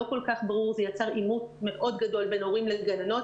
לא כל כך ברור ויצר עימות גדול מאוד בין הורים לגננות.